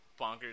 bonkers